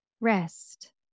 rest